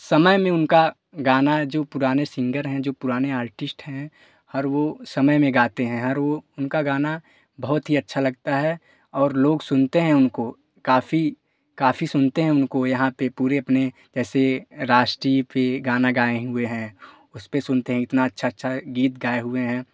समय में उनका गाना जो पुराने सिंगर हैं जो पुराने आर्टिस्ट हैं हर वो समय में गाते हैं हर वो उनका गाना बहुत ही अच्छा लगता है और लोग सुनते हैं उनको काफी काफी सुनते हैं उनको यहाँ पर पूरे अपने जैसे राष्ट्रीय पर गाना गए हुए हैं उसपर सुनते हैं इतना अच्छा अच्छा गीत गए हुए हैं